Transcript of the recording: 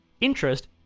Interest